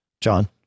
John